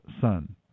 son